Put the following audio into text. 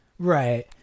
Right